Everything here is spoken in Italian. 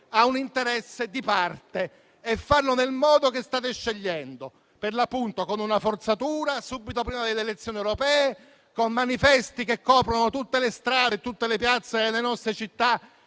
a un interesse di parte facendolo nel modo che state scegliendo, perlappunto con una forzatura, subito prima delle elezioni europee, con manifesti che coprono tutte le strade e tutte le piazze delle nostre città,